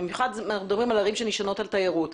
במיוחד אנחנו מדברים על ערים שנשענות על תיירות.